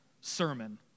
sermon